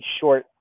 short